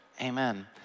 amen